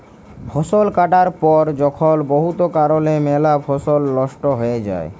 ফসল কাটার পর যখল বহুত কারলে ম্যালা ফসল লস্ট হঁয়ে যায়